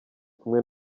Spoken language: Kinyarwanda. kumwe